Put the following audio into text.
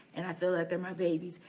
and i feel that they're my babies,